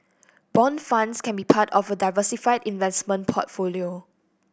bond funds can be part of a diversified investment portfolio